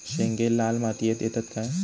शेंगे लाल मातीयेत येतत काय?